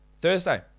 Thursday